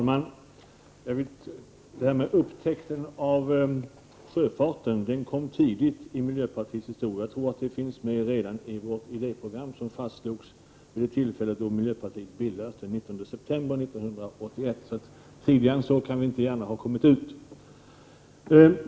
Herr talman! Upptäckten av sjöfarten skedde tidigt i miljöpartiets historia. 8 maj 1989 Jag tror att den finns med redan i det idéprogram som vi fastslog vid det tillfälle då miljöpartiet bildades, den 19 september 1981. Tidigare än så kan vi inte gärna ha gått ut.